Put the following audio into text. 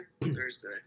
Thursday